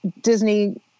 Disney